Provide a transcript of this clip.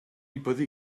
byddi